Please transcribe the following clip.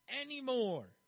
anymore